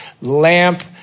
lamp